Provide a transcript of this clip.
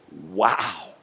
wow